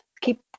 Keep